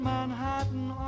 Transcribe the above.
Manhattan